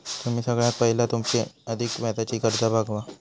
तुम्ही सगळ्यात पयला तुमची अधिक व्याजाची कर्जा भागवा